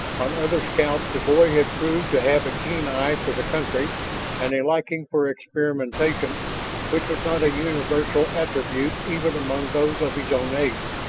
on other scouts the boy had proved to have a keen eye for the country and a liking for experimentation which was not a universal attribute even among those of his own age.